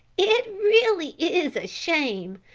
it really is a shame,